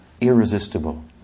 irresistible